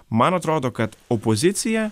man atrodo kad opozicija